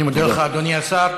אני מודה לך, אדוני השר.